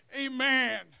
Amen